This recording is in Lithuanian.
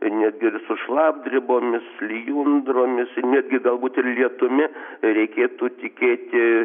netgi ir su šlapdribomis lijundromis netgi galbūt ir lietumi reikėtų tikėti